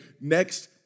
next